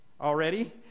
already